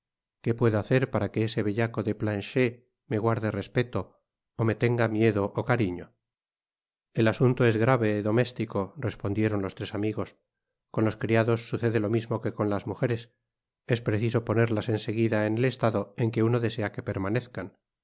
qué puedo hacer para que ese bellaco de planchet me guarde respeto ó me tenga miedo ó cariño el asunto es grave doméstico respondieron los tres amigos con los criados sucede lo mismo que con las mujeres es preciso ponerlas en seguida en el estado en que uno desea que permanezcan